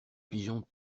pigeons